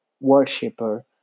worshiper